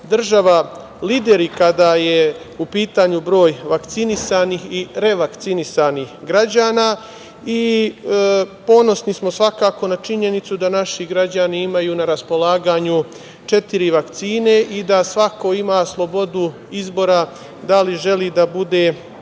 država lideri kada je u pitanju broj vakcinisanih i revakcinisanih građana i ponosni smo svakako na činjenicu da naši građani imaju na raspolaganju četiri vakcine i da svako ima slobodu izbora da li želi da bude